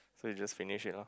so you just finish it lah